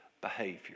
behavior